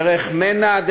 דרך מנ"ע,